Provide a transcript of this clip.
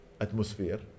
atmosphere